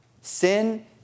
Sin